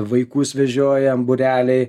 vaikus vežiojam būreliai